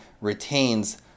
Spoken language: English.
retains